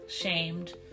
shamed